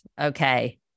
Okay